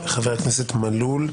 תודה רבה, חבר הכנסת מלול.